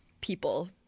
people